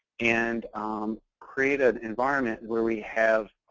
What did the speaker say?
and um create an environment where we have